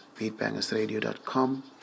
beatbangersradio.com